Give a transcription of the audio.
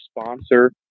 sponsor